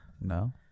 No